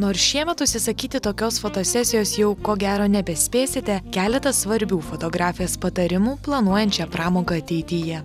nors šiemet užsisakyti tokios fotosesijos jau ko gero nebespėsite keletas svarbių fotografijos patarimų planuojant šią pramogą ateityje